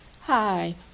hi